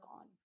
on